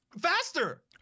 Faster